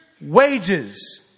wages